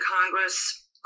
Congress